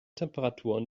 temperaturen